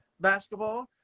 basketball